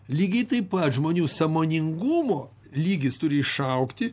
lygiai taip pat žmonių sąmoningumo lygis turi išaugti